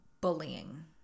bullying